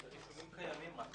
זה תיקונים קיימים,